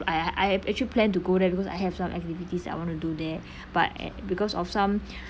I I actually plan to go there because I have some activities I want to do there but at because of some